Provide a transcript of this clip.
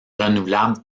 renouvelable